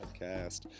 Podcast